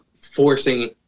forcing